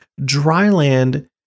dryland